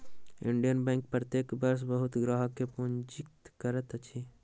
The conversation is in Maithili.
इंडियन बैंक प्रत्येक वर्ष बहुत ग्राहक के पंजीकृत करैत अछि